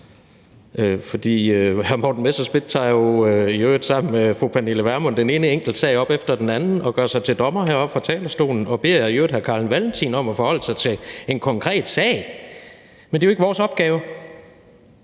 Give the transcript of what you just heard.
For hr. Morten Messerschmidt tager jo i øvrigt sammen med fru Pernille Vermund den ene enkeltsag op efter den anden og gør sig til dommer heroppe fra talerstolen og beder i øvrigt hr. Carl Valentin om at forholde sig til en konkret sag, men det er jo ikke vores opgave.